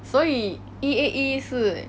所以 E_A_E 是